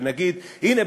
ונגיד: הנה,